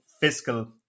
fiscal